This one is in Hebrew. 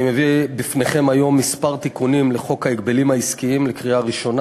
אני מביא בפניכם היום מספר תיקונים לחוק ההגבלים העסקיים בקריאה ראשונה.